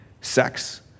Sex